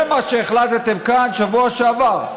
זה מה שהחלטתם כאן בשבוע שעבר: